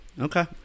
Okay